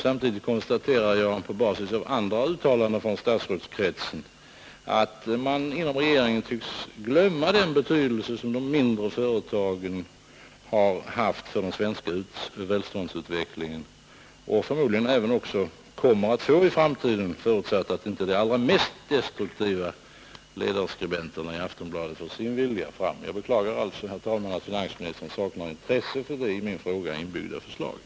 Samtidigt konstaterar jag på basis av andra uttalanden från statsrådskretsen att man inom regeringen tycks glömma den betydelse som de mindre företagen haft för den svenska välståndsutvecklingen och förmodligen även kommer att ha i framtiden, förutsatt att inte de allra mest destruktiva ledarskribenterna i Aftonbladet får sin vilja fram. Jag beklagar alltså, herr talman, att finansministern saknar intresse för det i min fråga inbyggda förslaget.